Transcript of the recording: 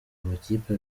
amakipe